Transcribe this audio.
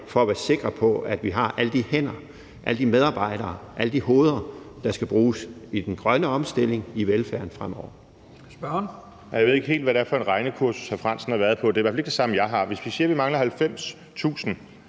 for at være sikre på, at vi har alle de hænder, alle de medarbejdere, alle de hoveder, der skal bruges i den grønne omstilling og i velfærden fremover.